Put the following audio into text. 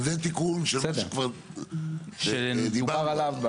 זה תיקון שכבר דיברנו עליו.